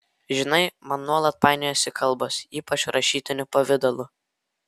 žinai man nuolat painiojasi kalbos ypač rašytiniu pavidalu